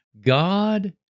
God